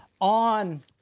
on